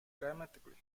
dramatically